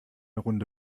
runde